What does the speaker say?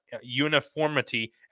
uniformity